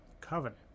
Covenant